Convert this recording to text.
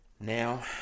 now